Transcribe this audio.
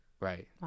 Right